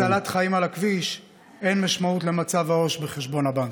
בהצלת חיים על הכביש אין משמעות למצב חשבון העו"ש בבנק.